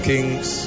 Kings